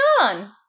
on